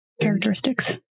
characteristics